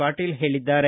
ಪಾಟೀಲ ಹೇಳಿದ್ದಾರೆ